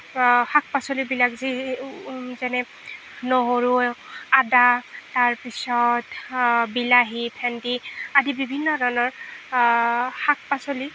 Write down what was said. বতৰৰ শাক পাচলিবিলাক যি যেনে নহৰু আদা তাৰ পিছত বিলাহী ভেন্দি আদি বিভিন্ন ধৰণৰ শাক পাচলি